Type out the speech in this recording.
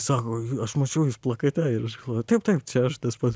sako aš mačiau jus plakate ir aš galvoju taip taip čia tas pats